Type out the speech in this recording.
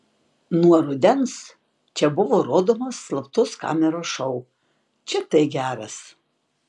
nuo rudens čia buvo rodomas slaptos kameros šou čia tai geras